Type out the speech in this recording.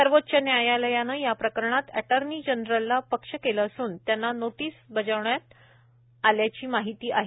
सर्वोच्च न्यायालयानं या प्रकरणात अटॉर्नी जनरलला पक्ष केलं असून त्यांना नोटीस बजावण्यात आल्याची माहिती आहे